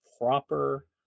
proper